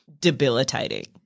debilitating